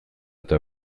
eta